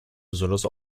besonders